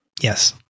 Yes